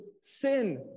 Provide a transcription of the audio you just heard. sin